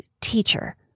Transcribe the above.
teacher